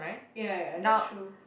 ya ya that's true